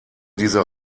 diese